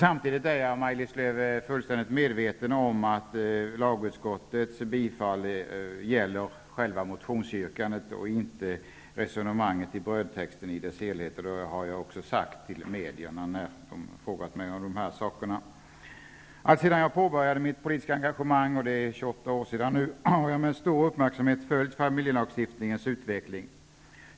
Samtidigt är jag, Maj-Lis Lööw, fullständigt medveten om att lagutskottets tillstyrkande gäller själva motionsyrkandet, inte resonemanget i brödtexten i dess helhet. Det har jag också sagt till medierna när de frågat mig om denna sak. Alltsedan jag började mitt politiska engagemang för 28 år sedan har jag med stor uppmärksamhet följt familjelagstiftningens utveckling.